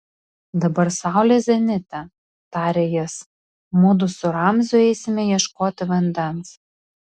dabar saulė zenite tarė jis mudu su ramziu eisime ieškoti vandens